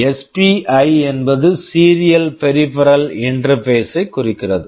SBI SPI என்பது serial peripheral interface Serial Peripheral Interface ஐக் குறிக்கிறது